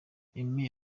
emmy